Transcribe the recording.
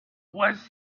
was